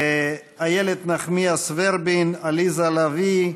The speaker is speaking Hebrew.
איילת נחמיאס ורבין, עליזה לביא,